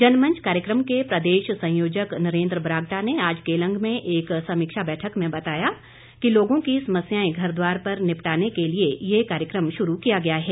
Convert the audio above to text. जनमंच कार्यक्रम के प्रदेश संयोजक नरेन्द्र बरागटा ने आज केलंग में एक समीक्षा बैठक में बताया कि लोगों की समस्याएं घरद्वार पर निपटाने के लिए ये कार्यक्रम शुरू किया गया है